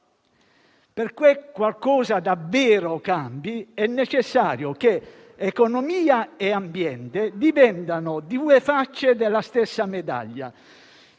Perché qualcosa davvero cambi, è necessario che economia e ambiente diventino due facce della stessa medaglia.